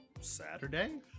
Saturday